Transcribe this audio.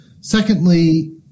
secondly